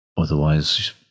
Otherwise